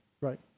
right